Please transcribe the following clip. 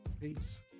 Peace